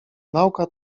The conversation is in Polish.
nauka